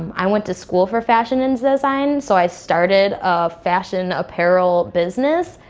i went to school for fashion and design, so i started a fashion apparel business,